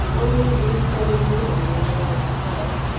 only we seven women remain in the house.